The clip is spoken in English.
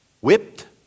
whipped